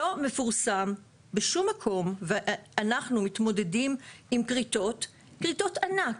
לא מפורסם בשום מקום ואנחנו מתמודדים עם כריתות ענק,